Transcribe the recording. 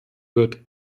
wird